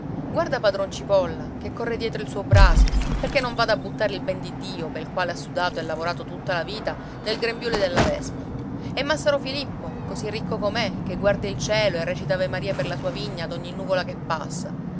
guarda padron cipolla che corre dietro il suo brasi perché non vada a buttare il ben di dio pel quale ha sudato e lavorato tutta la vita nel grembiule della vespa e massaro filippo così ricco com'è che guarda il cielo e recita avemarie per la sua vigna ad ogni nuvola che passa